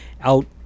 out